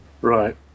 Right